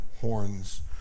horns